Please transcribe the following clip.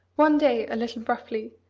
one day, a little roughly,